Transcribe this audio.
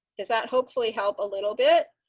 does that hopefully help a little bit?